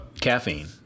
Caffeine